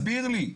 תסביר לי.